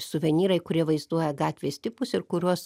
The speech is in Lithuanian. suvenyrai kurie vaizduoja gatvės tipus ir kuriuos